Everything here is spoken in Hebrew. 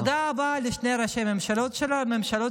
תודה רבה לשני ראשי הממשלה שלנו,